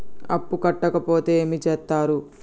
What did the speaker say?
అప్పు కట్టకపోతే ఏమి చేత్తరు?